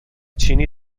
چینی